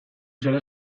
zara